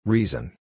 Reason